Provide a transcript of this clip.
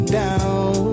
down